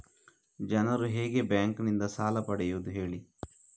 ಜನರು ಹೇಗೆ ಬ್ಯಾಂಕ್ ನಿಂದ ಸಾಲ ಪಡೆಯೋದು ಹೇಳಿ